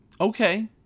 okay